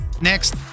Next